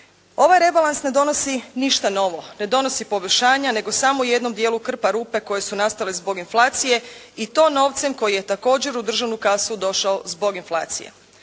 Ovaj rebalans ne donosi ništa novo. Ne donosi poboljšanja, nego samo u jednom dijelu krpa rupe koje su nastale zbog inflacije i to novcem koji je također u državnu kasu došao zbog inflacije.